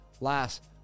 last